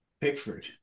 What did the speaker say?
Pickford